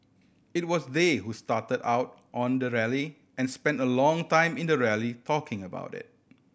it was they who started out on the rally and spent a long time in the rally talking about it